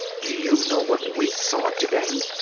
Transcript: do you know what we saw today?